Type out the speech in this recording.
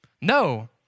No